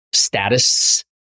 status